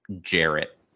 Jarrett